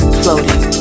floating